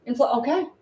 Okay